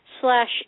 slash